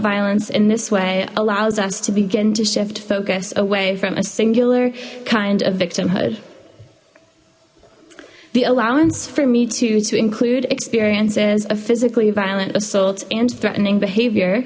violence in this way allows us to begin to shift focus away from a singular kind of victimhood the allowance for me to to include experiences of physically violent assault and threatening behavior